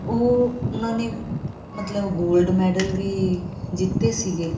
ਉਹ ਉਹਨਾਂ ਨੇ ਮਤਲਬ ਗੋਲਡ ਮੈਡਲ ਵੀ ਜਿੱਤੇ ਸੀਗੇ